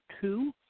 two